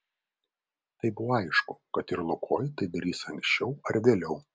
tai buvo aišku kad ir lukoil tai darys anksčiau ar vėliau